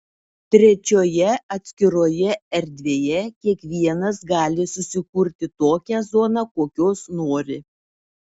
trečioje atskiroje erdvėje kiekvienas gali susikurti tokią zoną kokios nori